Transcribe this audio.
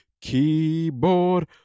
Keyboard